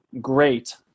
great